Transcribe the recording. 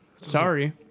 sorry